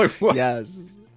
Yes